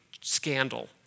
scandal